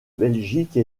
belgique